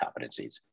competencies